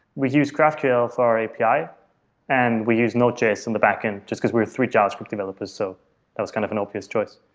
we use graphql for api and we use node js in the backend, just because we're three jobs with developers, so that was kind of an obvious choice.